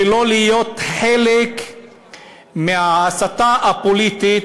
ולא להיות חלק מההסתה הפוליטית.